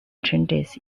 changes